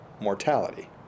mortality